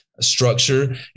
structure